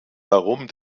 darum